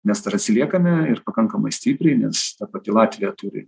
mes dar atsiliekame ir pakankamai stipriai nes ta pati latvija turi